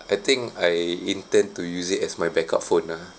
I think I intend to use it as my backup phone lah